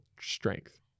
strength